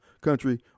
country